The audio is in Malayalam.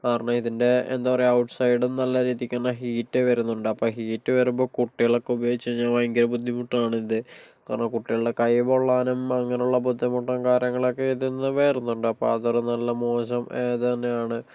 കാരണം ഇതിൻ്റെ എന്താ പറയുക ഔട്ട്സൈടും നല്ല രീതിക്ക് തന്നെ ഹീറ്റ് വരുന്നുണ്ട് അപ്പോൾ ഹീറ്റ് വരുമ്പോൾ കുട്ടികളൊക്കെ ഉപയോഗിച്ച് കഴിഞ്ഞാൽ ഭയങ്കര ബുദ്ധിമുട്ടാണ് ഇത് കാരണം കുട്ടികളുടെ കൈ പൊള്ളാനും അങ്ങനെയുള്ള ബുദ്ധിമുട്ടും കാര്യങ്ങളും ഒക്കെ ഇതീന്ന് വരുന്നുണ്ട് അപ്പോൾ അതൊരു നല്ല മോശം ഇതന്നെയാണ്